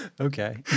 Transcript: Okay